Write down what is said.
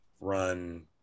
run